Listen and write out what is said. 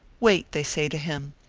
wait! they say to him,